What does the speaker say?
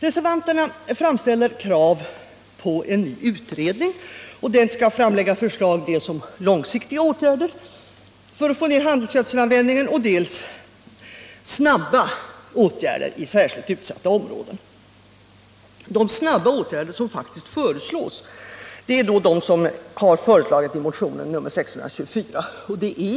Reservanterna framställer krav på en utredning som skall framlägga förslag dels om långsiktiga åtgärder för att få ned handelsgödselanvändningen, dels snabba åtgärder i särskilt utsatta områden. De snabba åtgärder som faktiskt föreslås är de som har föreslagits i motionen 1977/78:1624.